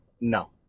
no